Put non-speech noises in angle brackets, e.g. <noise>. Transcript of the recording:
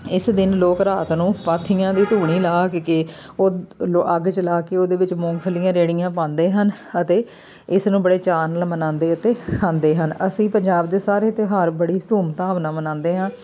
ਇਸ ਦਿਨ ਲੋਕ ਰਾਤ ਨੂੰ ਪਾਥੀਆਂ ਦੀ ਧੂਣੀ ਲਾ ਕੇ <unintelligible> ਅੱਗ ਜਲਾ ਕੇ ਉਹਦੇ ਵਿੱਚ ਮੂੰਗਫਲੀਆਂ ਰਿਓੜੀਆਂ ਪਾਉਂਦੇ ਹਨ ਅਤੇ ਇਸ ਨੂੰ ਬੜੇ ਚਾਅ ਨਾਲ ਮਨਾਉਂਦੇ ਅਤੇ ਖਾਂਦੇ ਹਨ ਅਸੀਂ ਪੰਜਾਬ ਦੇ ਸਾਰੇ ਤਿਉਹਾਰ ਬੜੀ ਧੂਮਧਾਮ ਨਾਲ ਮਨਾਉਂਦੇ ਹਾਂ